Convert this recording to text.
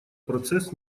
процесс